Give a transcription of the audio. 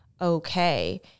okay